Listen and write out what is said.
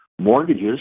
mortgages